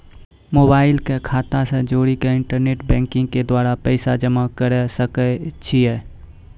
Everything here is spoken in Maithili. मोबाइल के खाता से जोड़ी के इंटरनेट बैंकिंग के द्वारा पैसा जमा करे सकय छियै?